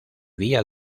día